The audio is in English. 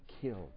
killed